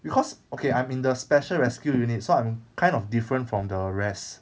because okay I'm in the special rescue unit so I'm kind of different from the rest